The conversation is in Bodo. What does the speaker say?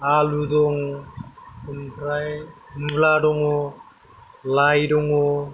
आलु दं ओमफ्राय मुला दङ लाइ दङ